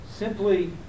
Simply